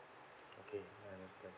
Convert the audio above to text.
okay I understand